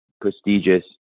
prestigious